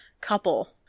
couple